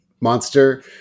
monster